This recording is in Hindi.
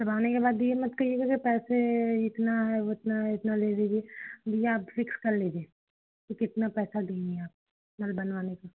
तब आने के बाद ये मत कहिएगा कि पैसे इतना है उतना है इतना ले रही है भैया आप फिक्स कर लीजिए कि कितना पैसा देंगी आप नल बनवाने का